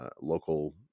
local